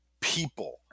people